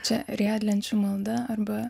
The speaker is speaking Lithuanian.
čia riedlenčių malda arba